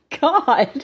God